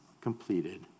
completed